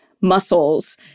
muscles